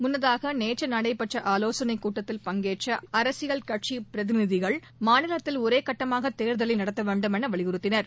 முள்ளதாக நேற்றுநடைபெற்றஆவோசனைக் கூட்டத்தில் பங்கேற்றஅரசியல் கட்சிபிரதிநிதிகள் மாநிலத்தில் ஒரேகட்டமாகதேர்தலைநடத்தவேண்டும் எனவலியுறுத்தினர்